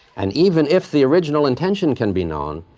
and even if the original intention can be known,